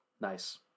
Nice